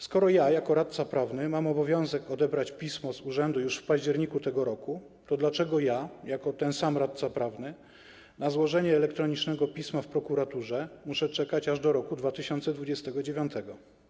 Skoro ja jako radca prawny mam obowiązek odebrać pismo z urzędu już w październiku tego roku, to dlaczego ja jako ten sam radca prawny na złożenie elektronicznego pisma w prokuraturze muszę czekać aż do roku 2029?